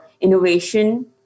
innovation